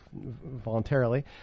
voluntarily